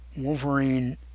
Wolverine